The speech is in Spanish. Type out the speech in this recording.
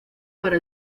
para